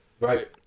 Right